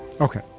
Okay